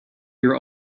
your